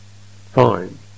fine